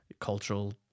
cultural